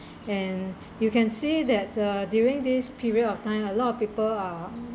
and you can see that uh during this period of time a lot of people are